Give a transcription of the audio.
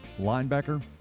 linebacker